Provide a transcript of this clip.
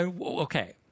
okay